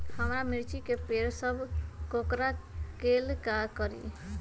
हमारा मिर्ची के पेड़ सब कोकरा गेल का करी?